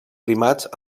primats